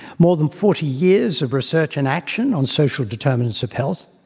more than forty years of research and action on social determinants of health